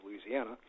Louisiana